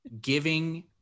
giving